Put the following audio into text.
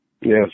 Yes